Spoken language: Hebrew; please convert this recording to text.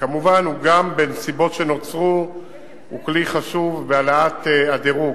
וכמובן בנסיבות שנוצרו הוא גם כלי חשוב בהעלאת הדירוג,